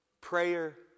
prayer